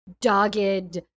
dogged